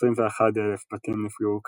21,000 בתים נפגעו קשות,